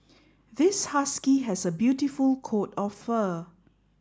this husky has a beautiful coat of fur